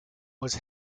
was